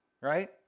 right